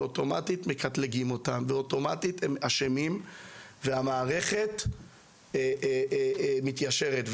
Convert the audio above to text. ואוטומטית הם אשמים והמערכת מתיישרת.